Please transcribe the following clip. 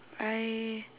I